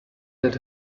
that